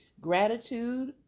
Gratitude